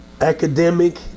academic